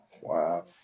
wow